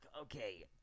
Okay